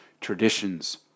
traditions